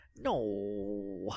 No